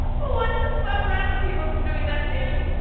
but what's to stop random people from doing that too?